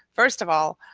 first of all,